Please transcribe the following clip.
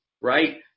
right